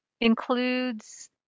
includes